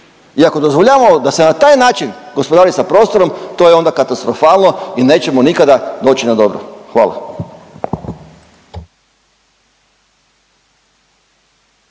I ako dozvoljavamo da se na taj način gospodari sa prostorom to je onda katastrofalno i nećemo nikada doći na dobro. Hvala.